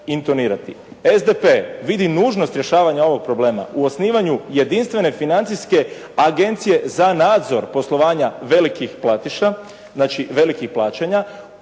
SDP vidi nužnost rješavanja ovog problema u osnivanju jedinstvene financijske Agencije za nadzor poslovanja velikih platiša,